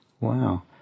Wow